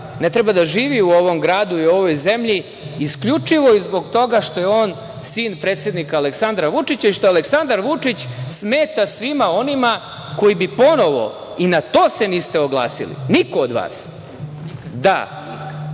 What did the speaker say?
ne treba da živi u ovom gradu i u ovoj zemlji, isključivo zbog toga što je on sin predsednika Aleksandra Vučića i što Aleksandar Vučić smeta svima onima koji bi ponovo, i na to se niste oglasili, niko od vas, da